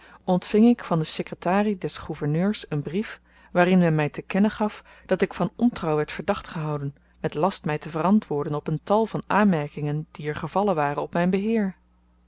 ontving ik van de sekretarie des gouverneurs een brief waarin men my te kennen gaf dat ik van ontrouw werd verdacht gehouden met last my te verantwoorden op een tal van aanmerkingen die er gevallen waren op myn beheer